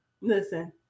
listen